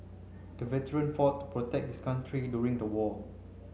the veteran fought to protect his country during the war